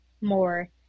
more